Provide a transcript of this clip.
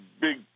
big